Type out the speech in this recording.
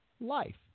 life